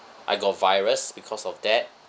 I got virus because of that